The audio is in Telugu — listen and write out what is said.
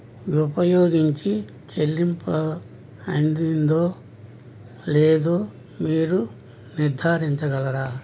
ఉపయోగించి చెల్లింపు అందిందో లేదో మీరు నిర్ధారించగలరా